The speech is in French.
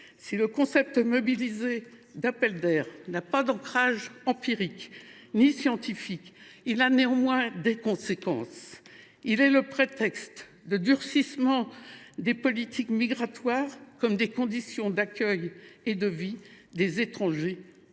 si le concept mobilisé d’appel d’air n’a pas d’ancrage empirique ni scientifique, il a néanmoins des conséquences. Il est un prétexte au durcissement des politiques migratoires comme des conditions d’accueil et de vie des étrangers,